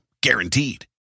Guaranteed